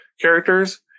characters